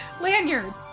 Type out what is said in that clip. Lanyard